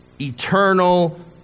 eternal